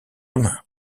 humains